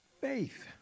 faith